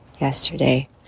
yesterday